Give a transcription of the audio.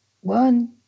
One